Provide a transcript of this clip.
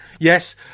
Yes